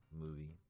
movie